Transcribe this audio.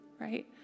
Right